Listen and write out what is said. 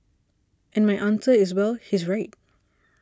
and my answer is well he's right